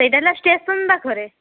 ସେଇଟା ହେଲା ଷ୍ଟେସନ୍ ପାଖରେ